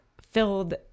filled